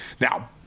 Now